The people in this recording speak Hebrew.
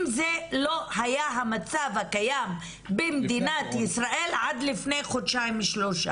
אם זה לא היה המצב הקיים במדינת ישראל עד לפני חודשיים-שלושה.